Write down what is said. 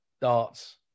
darts